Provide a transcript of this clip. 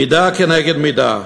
מידה כנגד מידה.